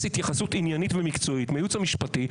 התייחסות עניינית ומקצועית מהייעוץ המשפטי,